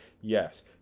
Yes